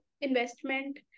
investment